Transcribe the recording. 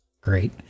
Great